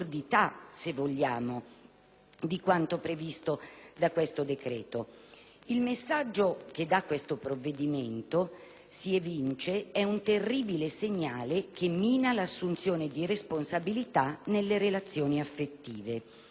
Il messaggio che si evince da questo provvedimento è un terribile segnale che mina l'assunzione di responsabilità nelle relazioni affettive. I giovani capiscono